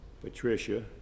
Patricia